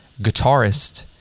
guitarist